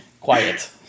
quiet